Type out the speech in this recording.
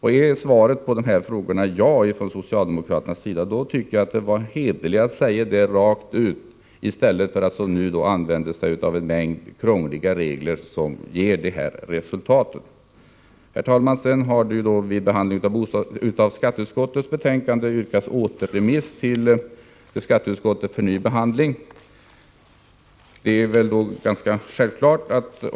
Är svaret på dessa frågor ja, hade det varit hederligare om socialdemokraterna hade sagt det rakt ut än att som nu föreslå en mängd krångliga regler som ger detta resultat. Det har yrkats på återremiss till skatteutskottet för ny behandling av ärendet.